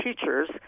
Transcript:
teachers